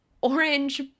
orange